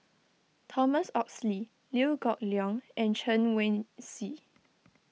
Thomas Oxley Liew Geok Leong and Chen Wen Hsi